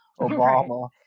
Obama